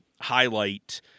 highlight